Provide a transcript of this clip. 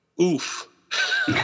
oof